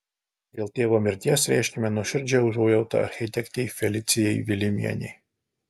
dėl tėvo mirties reiškiame nuoširdžią užuojautą architektei felicijai vilimienei